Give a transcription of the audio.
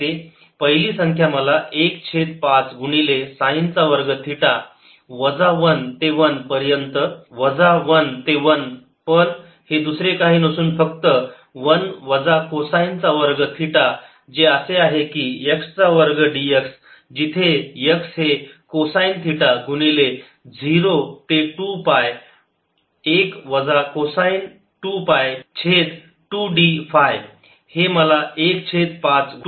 पहिली संख्या मला 1 छेद 5 गुणिले साईन चा वर्ग थीटा वजा 1 ते 1 पण हे दुसरे काही नसून फक्त 1 वजा कोसाइन चा वर्ग थीटा जे असे आहे की x चा वर्ग dx जिथे x हे को साइन थीटा गुणिले 0 ते 2 पाय 1 वजा कोसाइन 2 पाय छेद 2 d फाय